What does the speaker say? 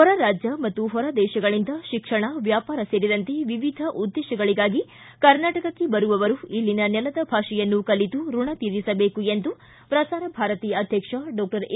ಹೊರ ರಾಜ್ಯ ಮತ್ತು ಹೊರದೇಶಗಳಿಂದ ಶಿಕ್ಷಣ ವ್ಯಾಪಾರ ಸೇರಿದಂತೆ ವಿವಿಧ ಉದ್ದೇಶಗಳಿಗಾಗಿ ಕರ್ನಾಟಕಕ್ಕೆ ಬರುವವರು ಇಲ್ಲಿನ ನೆಲದ ಭಾಷೆಯನ್ನು ಕಲಿತು ಋಣ ತೀರಿಸಬೇಕು ಎಂದು ಪ್ರಸಾರ ಭಾರತಿ ಅಧ್ಯಕ್ಷ ಡಾಕ್ಷರ್ ಎ